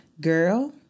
girl